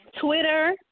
Twitter